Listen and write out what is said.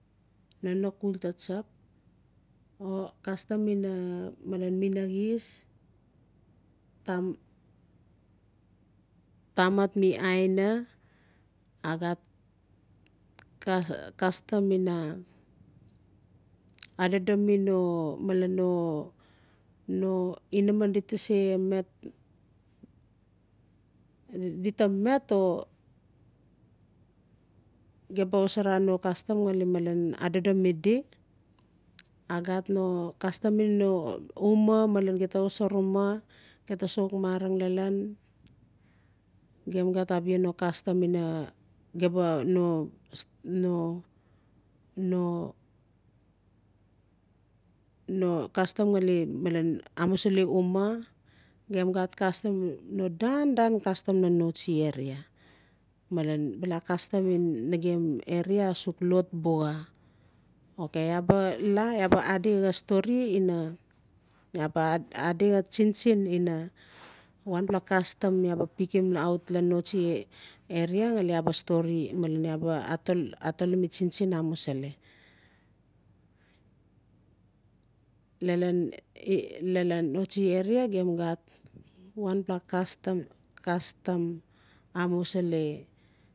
Nonok uul taa tsap o castam ina minaxis j tamat mi aina a xat castam ina adodomi no malen no-no inaman di se met di me to gem ba xosara no castam cale adodo mi di a xat no castam in uma malen gem taa abia no castam ina gem ba no-no-no castam cale amusili umaa gem cat castum no dandan castam lan noasti area maten bala castam lan nagem area asux lot buxa okay iaa ba laa adi caa stroi ina iaa ba ba pikim aut lan noasti area xale iaa ba stori malen iaa ba tolomi tsintsin amusili lalan noasti area gem cat wanpla castam-castam amusili.